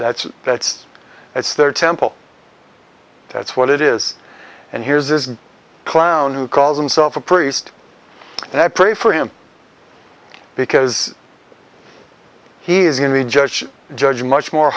that's that's that's their temple that's what it is and here's this clown who calls himself a priest and i pray for him because he is in the judge judge much more